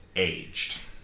aged